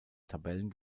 tabellen